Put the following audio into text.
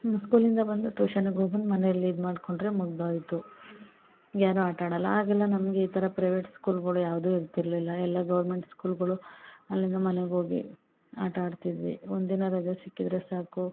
ಸ್ಕೂಲಿಂದ ಬಂದು ಟೂಷನಿಗೆ ಹೋಗ್ಬಂದು ಮನೇಲಿ ಇದು ಮಾಡ್ಕೊಂಡರೆ ಮುಗ್ದು ಹೋಯಿತು ಯಾರು ಆಟ ಆಡಲ್ಲ ಆಗೆಲ್ಲ ನಮಗೆ ಈ ಥರ ಪ್ರೈವೇಟ್ ಸ್ಕೂಲ್ಗಳು ಯಾವುದೂ ಇರ್ತಿರಲಿಲ್ಲ ಎಲ್ಲ ಗೌರ್ಮೆಂಟ್ ಸ್ಕೂಲ್ಗಳು ಅಲ್ಲಿಂದ ಮನೆಗೆ ಹೋಗಿ ಆಟ ಆಡ್ತಿದ್ವಿ ಒಂದಿನ ರಜ ಸಿಕ್ಕಿದ್ದರೆ ಸಾಕು